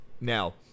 Now